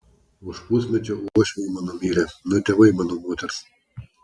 už pusmečio uošviai mano mirė na tėvai mano moters